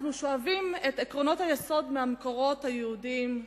אנחנו שואבים את עקרונות היסוד מהמקורות היהודיים,